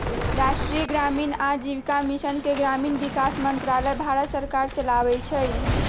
राष्ट्रीय ग्रामीण आजीविका मिशन के ग्रामीण विकास मंत्रालय भारत सरकार चलाबै छइ